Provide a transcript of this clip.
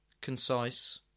concise